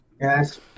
yes